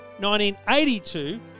1982